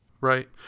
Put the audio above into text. Right